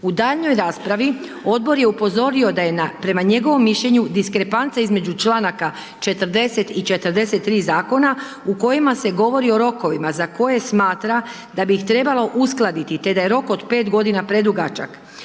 U daljnjoj raspravi, odbor je upozorio da je prema njegovom mišljenju diskrepancija između članaka 40. i 43. zakona u kojim se govori o rokovima za koje smatra da bih ih trebalo uskladiti te da je rok od 5 g. predugačak.